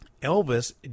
Elvis